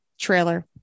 trailer